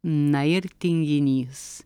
na ir tinginys